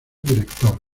director